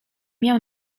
miał